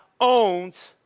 owns